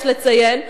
יש לציין,